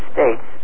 States